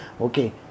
okay